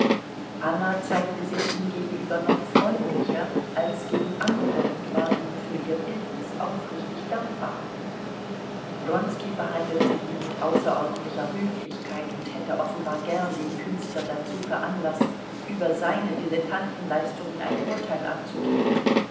anna zeigte sich ihm gegenüber noch freundlicher als gegen andere und war ihm für ihr bildnis aufrichtig dankbar wronski behandelte ihn mit außerordentlicher höflichkeit und hätte offenbar gern den künstler dazu veranlaßt über seine dilettantenleistungen ein urteil abzugeben